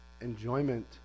enjoyment